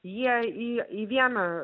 jie į į vieną